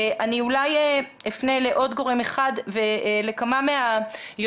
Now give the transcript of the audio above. אני אולי אפנה לעוד גורם אחד ולכמה מהיוזמות,